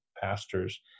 pastors